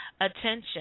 attention